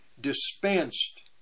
dispensed